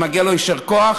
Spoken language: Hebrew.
אז מגיע לו יישר כוח.